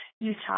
Utah